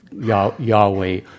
Yahweh